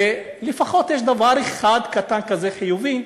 ולפחות יש דבר אחד, קטן כזה, חיובי,